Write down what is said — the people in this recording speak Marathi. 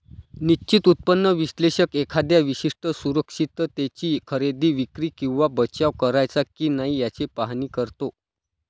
निश्चित उत्पन्न विश्लेषक एखाद्या विशिष्ट सुरक्षिततेची खरेदी, विक्री किंवा बचाव करायचा की नाही याचे पाहणी करतो